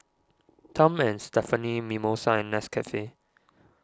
Tom and Stephanie Mimosa and Nescafe